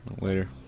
later